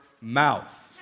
mouth